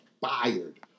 fired